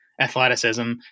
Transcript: athleticism